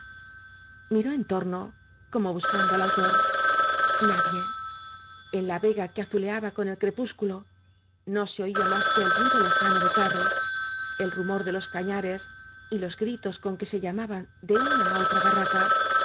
en torno como buscando al autor nadie en la vega que azuleaba con el crepús culo no se oía más que el ruido lejano de carros el rumor de los cañares y los gritos con que se llamaban de una á otra barraca